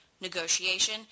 negotiation